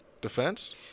defense